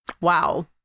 Wow